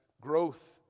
growth